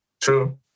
True